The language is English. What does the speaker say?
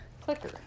clicker